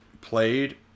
played